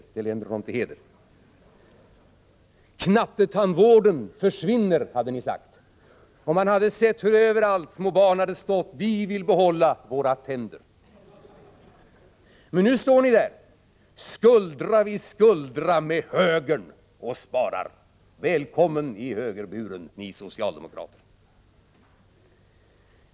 Det länder honom till heder. Knattetandvården försvinner! hade ni sagt. Överallt hade man kunnat se små barn ropa: Vi vill behålla våra tänder! Men nu står ni där, skuldra vid skuldra med högern, och sparar. Välkomna i högerburen, ni socialdemokrater!